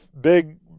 big